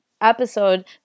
episode